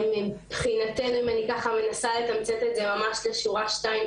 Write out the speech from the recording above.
אם אני מנסה לתמצת את זה לשורה-שתיים,